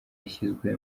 yashyizwe